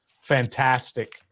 fantastic